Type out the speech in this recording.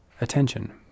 attention